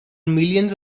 millions